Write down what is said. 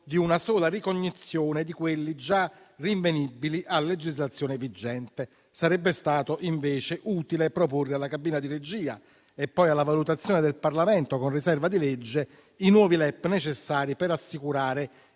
di una sola ricognizione di quelli già rinvenibili a legislazione vigente. Sarebbe stato invece utile proporre alla cabina di regia, e poi alla valutazione del Parlamento con riserva di legge, i nuovi LEP necessari per assicurare